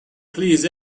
please